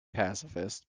pacifist